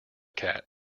cat